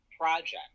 project